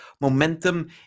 momentum